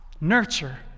nurture